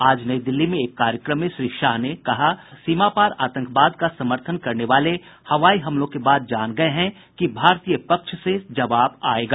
आज नई दिल्ली में एक कार्यक्रम में श्री शाह ने कहा कि सीमा पार आतंकवाद का समर्थन करने वाले हवाई हमलों के बाद जान गए हैं कि भारतीय पक्ष से जवाब आएगा